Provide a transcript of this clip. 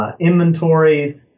inventories